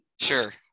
Sure